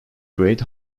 great